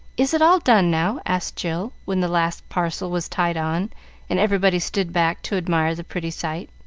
is it all done now? asked jill, when the last parcel was tied on and everybody stood back to admire the pretty sight.